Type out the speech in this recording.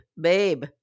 babe